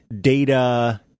data